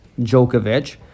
Djokovic